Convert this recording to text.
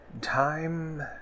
Time